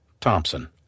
Thompson